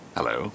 Hello